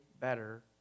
better